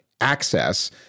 access